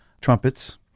trumpets